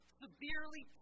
severely